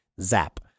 zap